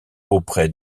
auprès